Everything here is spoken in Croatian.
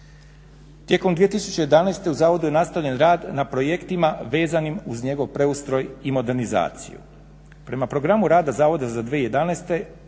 Tijekom 2011. u zavodu je nastavljen rad na projektima vezanim uz njegov preustroj i modernizaciju. Prema programu rada zavoda za 2011.